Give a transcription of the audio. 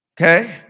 Okay